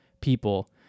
people